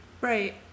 Right